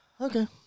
Okay